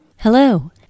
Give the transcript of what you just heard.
Hello